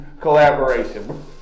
collaboration